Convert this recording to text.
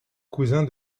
cousin